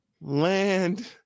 land